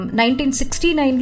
1969